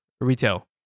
retail